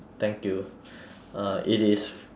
thank you uh it is